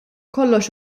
kollox